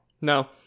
No